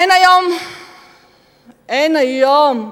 אדוני היושב-ראש,